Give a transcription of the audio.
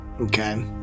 Okay